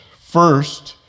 First